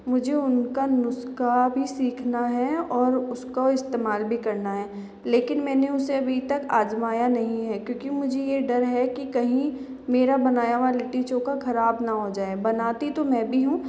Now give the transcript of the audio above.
मुझे उनका नुस्खा भी सीखना है और उसको इस्तेमाल भी करना है लेकिन मैंने उसे अभी तक आज़माया नहीं है क्योंकि मुझे यह डर है कि कहीं मेरा बनाया हुआ लिट्टी चोखा ख़राब न हो जाए बनाती तो मैं भी हूँ